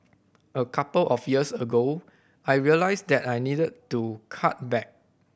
a couple of years ago I realised that I needed to cut back